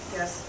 Yes